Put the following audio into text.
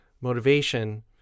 motivation